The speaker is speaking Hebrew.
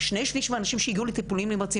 שני שליש מהאנשים שהגיעו לטיפולים נמרצים